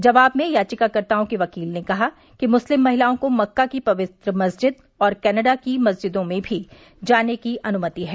जवाब में याचिकाकर्ताओं के वकील ने कहा कि मुस्लिम महिलाओं को मक्का की पवित्र मस्जिद और कनाडा की मस्जिदों में भी जाने की अन्मति है